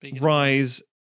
rise